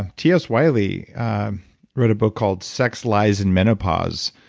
t. s. wiley wrote a book called sex, lies and menopause,